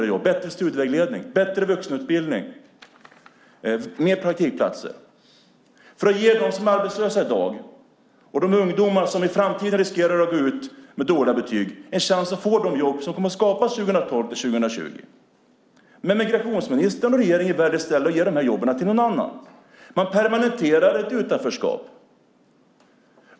Det behövs bättre studievägledning, bättre vuxenutbildning och fler praktikplatser för att vi ska kunna ge dem som är arbetslösa i dag och de ungdomar som i framtiden riskerar att gå ut med dåliga betyg en chans att få de jobb som kommer att skapas 2012-2020, men migrationsministern och regeringen väljer i stället att ge de här jobben till någon annan. Man permanentar ett utanförskap.